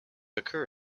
occur